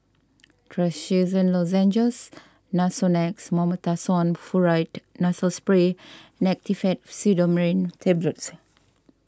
Trachisan Lozenges Nasonex Mometasone Furoate Nasal Spray and Actifed Pseudoephedrine Tablets